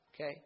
Okay